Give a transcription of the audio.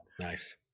nice